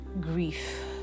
grief